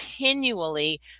continually